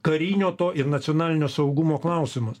karinio to ir nacionalinio saugumo klausimas